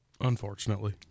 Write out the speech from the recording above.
Unfortunately